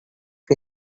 que